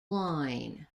line